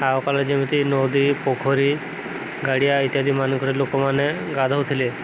ଆଗକାଳରେ ଯେମିତି ନଦୀ ପୋଖରୀ ଗାଡ଼ିଆ ଇତ୍ୟାଦିମାନଙ୍କରେ ଲୋକମାନେ ଗାଧଉଥିଲେ